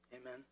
Amen